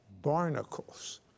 barnacles